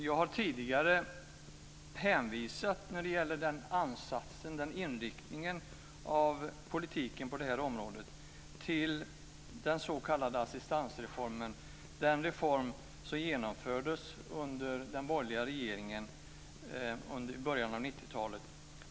Jag har tidigare när det gäller den ansatsen och inriktningen av politiken på detta område hänvisat till den s.k. assistansreformen som genomfördes av den borgerliga regeringen under början av 90-talet.